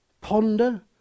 ponder